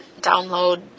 download